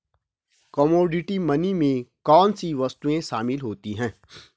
Commodity money में कौन सी वस्तुएं शामिल होती हैं?